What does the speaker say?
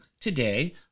today